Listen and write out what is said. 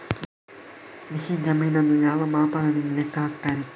ಕೃಷಿ ಜಮೀನನ್ನು ಯಾವ ಮಾಪನದಿಂದ ಲೆಕ್ಕ ಹಾಕ್ತರೆ?